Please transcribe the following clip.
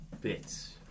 bits